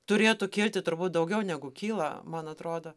turėtų kilti turbūt daugiau negu kyla man atrodo